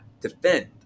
defend